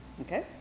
okay